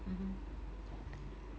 mmhmm